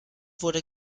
wurde